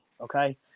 okay